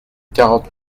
quarante